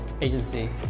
agency